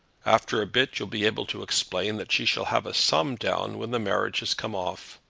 after a bit you'll be able to explain that she shall have a sum down when the marriage has come off.